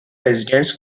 residents